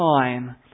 time